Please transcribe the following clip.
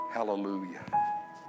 Hallelujah